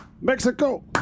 Mexico